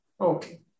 Okay